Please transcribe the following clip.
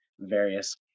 Various